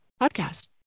podcast